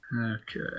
Okay